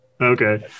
okay